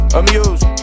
amused